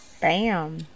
bam